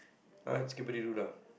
alright